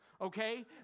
okay